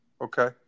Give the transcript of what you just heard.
Okay